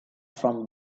from